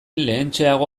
lehentxeago